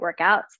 workouts